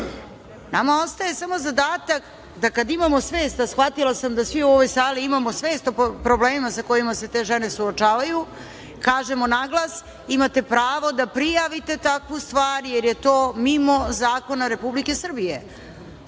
Nama ostaje samo zadatak da kada imamo svest, a shvatila sam da svi u ovoj sali imamo svest o problemima sa kojima se te žene suočavaju, kažemo naglas, imate pravo da prijavite takvu stvar, jer je to mimo zakona Republike Srbije,